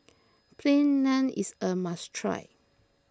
Plain Naan is a must try